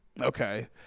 Okay